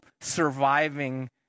surviving